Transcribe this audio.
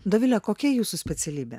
dovile kokia jūsų specialybė